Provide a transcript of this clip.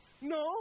No